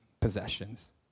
possessions